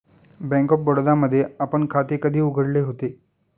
Bank of Baroda मध्ये आपण खाते कधी उघडले होते?